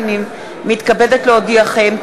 הנני מתכבדת להודיעכם,